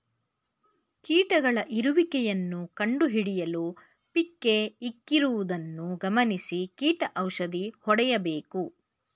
ಕೀಟಗಳ ಇರುವಿಕೆಯನ್ನು ಕಂಡುಹಿಡಿಯಲು ಪಿಕ್ಕೇ ಇಕ್ಕಿರುವುದನ್ನು ಗಮನಿಸಿ ಕೀಟ ಔಷಧಿ ಹೊಡೆಯಬೇಕು